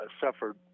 suffered